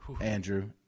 Andrew